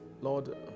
Lord